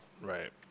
Right